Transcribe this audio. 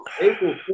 april